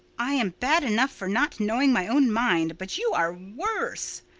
i am bad enough for not knowing my own mind, but you are worse,